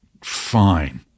fine